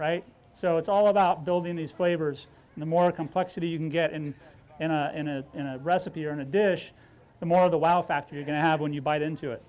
right so it's all about building these flavors and the more complexity you can get in in a recipe or in a dish the more of the wow factor you're going to have when you bite into it